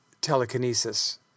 telekinesis